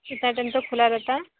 इतना टाइम तो खुला रहता है